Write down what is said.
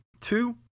two